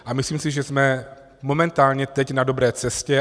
A myslím si, že jsme momentálně teď na dobré cestě.